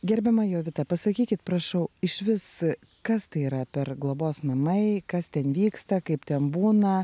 gerbiama jovita pasakykit prašau išvis kas tai yra per globos namai kas ten vyksta kaip ten būna